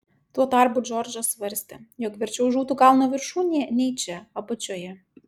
tuo tarpu džordžas svarstė jog verčiau žūtų kalno viršūnėje nei čia apačioje